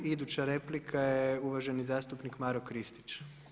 Iduća replika je uvaženi zastupnik Maro Kristić.